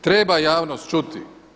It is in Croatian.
Treba javnost čuti.